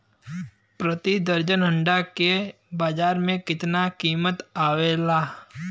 प्रति दर्जन अंडा के बाजार मे कितना कीमत आवेला?